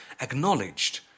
acknowledged